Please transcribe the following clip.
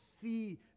see